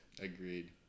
Agreed